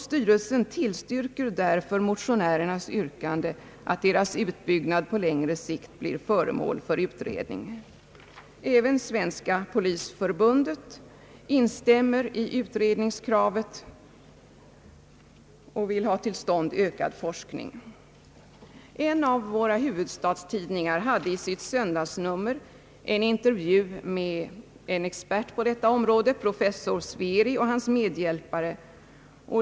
Styrelsen tillstyrker därför motionärernas yrkande att dessa ämnens utbyggnad på längre sikt blir föremål för utredning. Även Svenska polisförbundet instämmer i utredningskravet och vill ha till stånd ökad forskning. En av våra huvudstadstidningar hade i sitt söndagsnummer en intervju med en expert på detta område, professor Sveri, och hans medhjälpare.